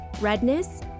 redness